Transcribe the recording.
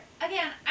Again